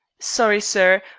sorry, sir,